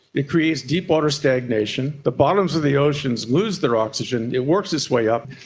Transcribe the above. it creates deep water stagnation. the bottoms of the oceans lose their oxygen, it works its way up,